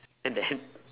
and then